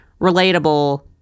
relatable